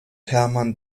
hermann